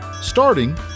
starting